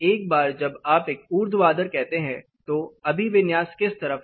एक बार जब आप एक ऊर्ध्वाधर कहते हैं तो अभिविन्यास किस तरफ है